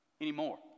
anymore